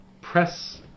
press